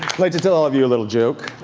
like to tell all of you a little joke.